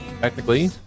Technically